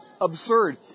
absurd